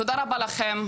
תודה רבה לכם.